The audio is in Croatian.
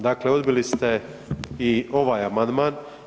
Dakle, odbili ste i ovaj amandman.